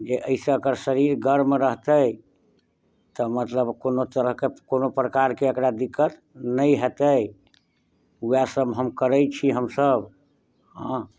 जे एहिसँ एकर शरीर गर्म रहतै तऽ मतलब कोनो तरहक कोनो प्रकारके अकरा दिक्कत नहि होयतै इएह सब हम करैत छी हमसब हँ